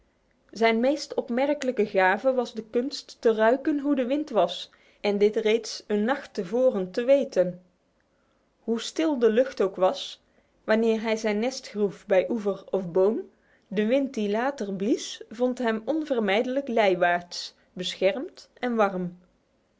zijn meest opmerkelijke gave was de kunst te ruiken hoe de wind was en dit reeds een nacht te voren te weten hoe stil de lucht ook was wanneer hij zijn nest groef bij oever of boom de wind die later blies vond hem onveranderlijk lijwaarts beschermd en warm